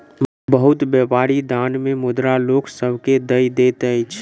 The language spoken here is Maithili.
बहुत व्यापारी दान मे मुद्रा लोक सभ के दय दैत अछि